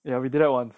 ya we did that once